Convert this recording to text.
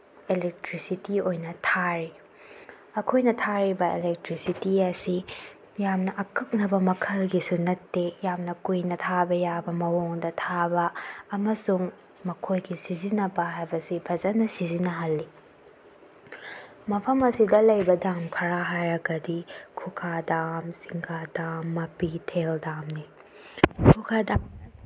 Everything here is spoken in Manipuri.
ꯑꯦꯂꯦꯛꯇ꯭ꯔꯤꯁꯤꯇꯤ ꯑꯣꯏꯅ ꯊꯥꯔꯤ ꯑꯩꯈꯣꯏꯅ ꯊꯥꯔꯤꯕ ꯑꯦꯂꯦꯛꯇ꯭ꯔꯤꯁꯤꯇꯤ ꯑꯁꯤ ꯌꯥꯝꯅ ꯑꯀꯛꯅꯕ ꯃꯈꯜꯒꯤꯁꯨ ꯅꯠꯇꯦ ꯌꯥꯝꯅ ꯀꯨꯏꯅ ꯊꯥꯕ ꯌꯥꯕ ꯃꯑꯣꯡꯗ ꯊꯥꯕ ꯑꯃꯁꯨꯡ ꯃꯈꯣꯏꯒꯤ ꯁꯤꯖꯤꯟꯅꯕ ꯍꯥꯏꯕꯁꯤ ꯐꯖꯅ ꯁꯤꯖꯤꯟꯅꯍꯜꯂꯤ ꯃꯐꯝ ꯑꯁꯤꯗ ꯂꯩꯕ ꯗꯥꯝ ꯈꯔ ꯍꯥꯏꯔꯒꯗꯤ ꯈꯨꯒꯥ ꯗꯥꯝ ꯁꯤꯡꯒꯥ ꯗꯥꯝ ꯃꯄꯤꯊꯦꯜ ꯗꯥꯝꯅꯤ ꯈꯨꯒꯥ ꯗꯥꯝ